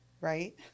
right